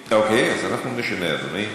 אוקיי, אז אנחנו נשנה, אדוני.